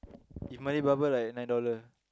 if Malay barber like nine dollar